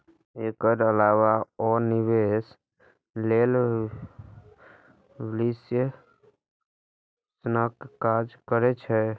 एकर अलावे ओ निवेश लेल विश्लेषणक काज करै छै